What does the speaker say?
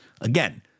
again